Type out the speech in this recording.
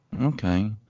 Okay